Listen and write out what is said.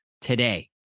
today